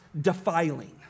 defiling